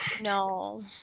No